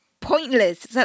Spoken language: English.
pointless